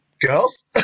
Girls